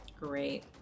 Great